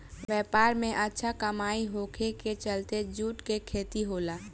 व्यापार में अच्छा कमाई होखे के चलते जूट के खेती होला